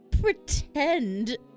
pretend